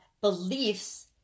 beliefs